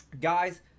guys